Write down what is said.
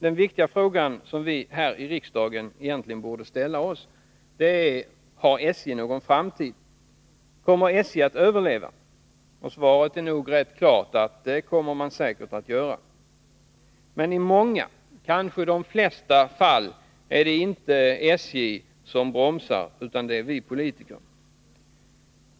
Den viktiga fråga som vi här i riksdagen egentligen borde ställa oss är denna: Har SJ någon framtid, kommer SJ att överleva? Svaret är nog rätt klart: Det kommer SJ säkert att göra. Men i många fall, kanske i de flesta, är det inte SJ som bromsar utan vi politiker.